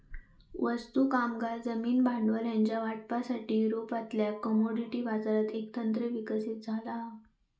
वस्तू, कामगार, जमीन, भांडवल ह्यांच्या वाटपासाठी, युरोपातल्या कमोडिटी बाजारात एक तंत्र विकसित झाला हा